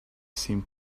seemed